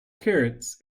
carrots